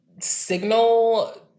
signal